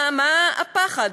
מה הפחד?